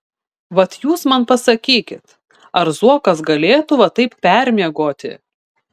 vat jūs man pasakykit ar zuokas galėtų va taip permiegoti